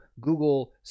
Google